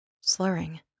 slurring